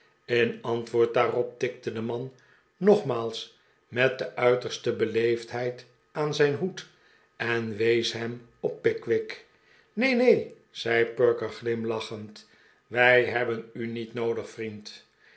in antwoord daarop tikte de man nogmaals met de uiterste beleefdheid aan zijn hoed en wees hem op pickwick neen neen zei perker glimlach'end wij hebben u niet noodig vriend